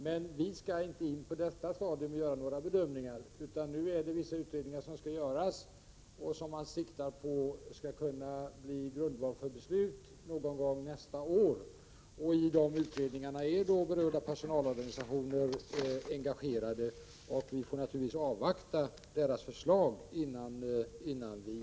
Men vi skall inte gå in på detta stadium och göra några bedömningar, utan nu skall en viss utredning göras, som man siktar på skall kunna utgöra grundval för ett beslut någon gång nästa år. I den utredningen är de berörda personalorganisationerna engagerade. Vi får naturligtvis avvakta utredningens förslag, innan vi behandlar ärendet.